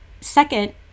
Second